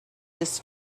this